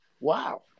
Wow